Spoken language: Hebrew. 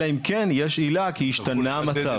אלא אם כן יש עילה כי השתנה המצב.